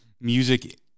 music